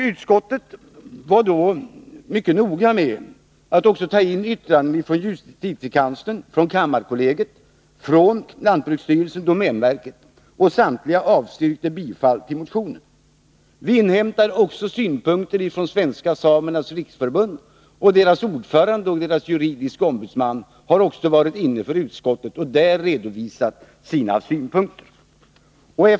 Utskottet var då mycket noga med att också ta in yttranden från justitiekanslern, kammarkollegiet, lantbruksstyrelsen och domänverket. Samtliga avstyrkte bifall till motionen. Vi inhämtade också synpunkter från Svenska samernas riksförbund. Deras ordförande och juridiska ombudsman har också varit på en hearing i utskottet och där redovisat sina synpunkter.